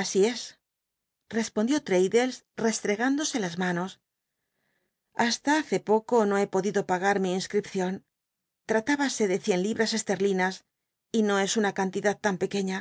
así es tespondió l'taddlcs l'csltcg índose las manos hasta hace poco no he podido pagar mi inscripcion tjat ihnse de cien libras esterlinas y no es una cantidad tan pequeña